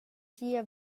sia